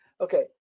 Okay